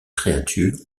créature